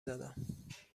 زدم